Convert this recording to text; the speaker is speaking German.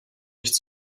nicht